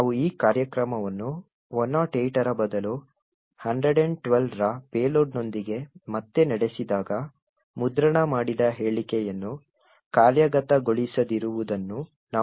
ಆದ್ದರಿಂದ ನಾವು ಈ ಕಾರ್ಯಕ್ರಮವನ್ನು 108 ರ ಬದಲು 112 ರ ಪೇಲೋಡ್ನೊಂದಿಗೆ ಮತ್ತೆ ನಡೆಸಿದಾಗ ಮುದ್ರಣ ಮಾಡಿದ ಹೇಳಿಕೆಯನ್ನು ಕಾರ್ಯಗತಗೊಳಿಸದಿರುವುದನ್ನು ನಾವು ನೋಡುತ್ತೇವೆ